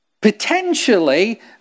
Potentially